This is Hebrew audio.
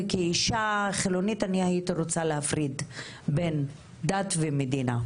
וכאישה חילונית אני הייתי רוצה להפריד בין דת ומדינה,